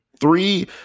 Three